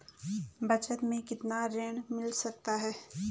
बचत मैं कितना ऋण मिल सकता है?